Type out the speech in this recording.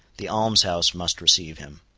the alms-house must receive him.